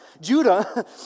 Judah